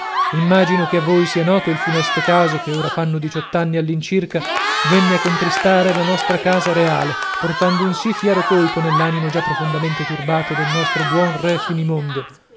immagino che a voi sia noto il funesto caso che ora fanno diciott'anni all'incirca venne a contristare la nostra casa reale portando un sì fiero colpo nell'animo già profondamente turbato del nostro buon re finimondo